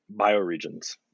bioregions